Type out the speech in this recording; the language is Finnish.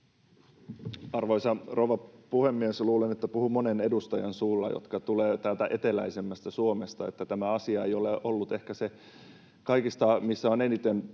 Arvoisa rouva puhemies! Luulen, että puhun monen edustajan suulla, jotka tulevat täältä eteläisemmästä Suomesta, että tämä asia ei ole ollut ehkä se, mitä kaikista eniten